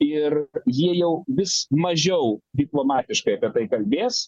ir jie jau vis mažiau diplomatiškai apie tai kalbės